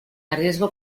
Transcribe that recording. arriesgo